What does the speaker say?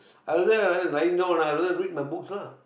are there right now ah I just read my books lah